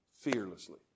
fearlessly